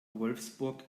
wolfsburg